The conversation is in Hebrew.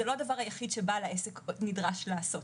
זה לא הדבר היחיד שבעל העסק נדרש לעשות,